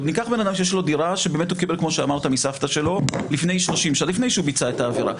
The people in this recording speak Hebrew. ניקח אדם שקיבל דירה מסבתא שלו לפני שביצע את העבירה.